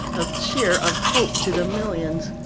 of cheer, of hope to the millions.